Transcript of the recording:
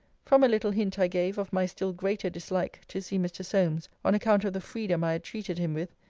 from a little hint i gave of my still greater dislike to see mr. solmes, on account of the freedom i had treated him with,